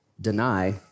Deny